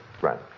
Right